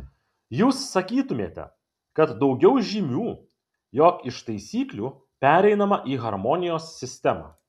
jūs sakytumėte kad daugiau žymių jog iš taisyklių pereinama į harmonijos sistemą